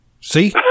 see